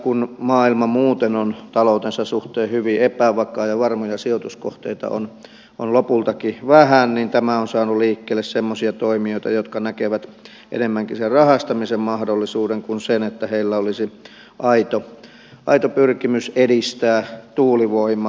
kun maailma muuten on taloutensa suhteen hyvin epävakaa ja varmoja sijoituskohteita on lopultakin vähän niin tämä on saanut liikkeelle semmoisia toimijoita jotka näkevät enemmänkin sen rahastamisen mahdollisuuden kuin että heillä olisi aito pyrkimys edistää tuulivoimaa